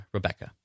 Rebecca